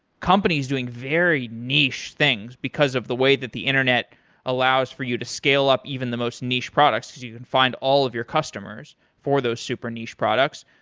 companies doing very niched things because of the way that the internet allows for you to scale up even the most niche products because you can find all of your customers for those super niche products.